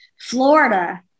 Florida